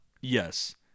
Yes